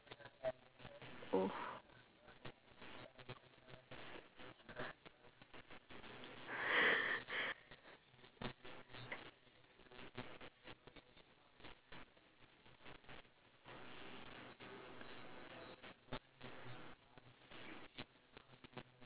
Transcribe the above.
oh